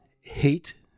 hate